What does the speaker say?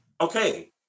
Okay